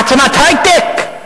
מעצמת היי-טק?